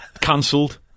Cancelled